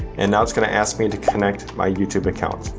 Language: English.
and now it's gonna ask me to connect my youtube account.